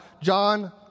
John